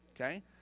Okay